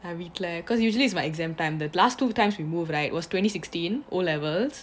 வீட்டுல: vittila cause usually my exam time the last two times we move right was twenty sixteen O levels